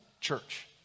church